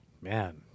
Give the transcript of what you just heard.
Man